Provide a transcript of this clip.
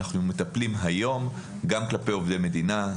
אנחנו מטפלים היום גם כלפי עובדי מדינה,